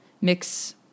mix